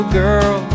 girl